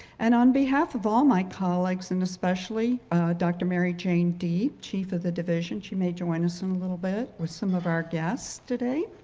and on behalf of all my colleagues and especially dr. mary jane deeb, chief of the division, she may join us in a little bit with some of our guests today.